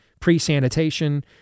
pre-sanitation